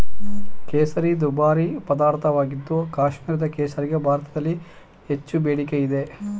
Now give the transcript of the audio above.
ಕೇಸರಿ ದುಬಾರಿ ಪದಾರ್ಥವಾಗಿದ್ದು ಕಾಶ್ಮೀರದ ಕೇಸರಿಗೆ ಭಾರತದಲ್ಲಿ ಹೆಚ್ಚು ಬೇಡಿಕೆ ಇದೆ